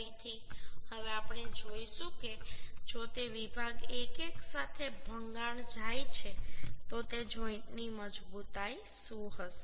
ફરીથી હવે આપણે જોઈશું કે જો તે વિભાગ 1 1 સાથે ભંગાણ જાય છે તો તે જોઈન્ટની મજબૂતાઈ શું હશે